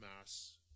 mass